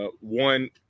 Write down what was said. One